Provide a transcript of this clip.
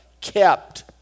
kept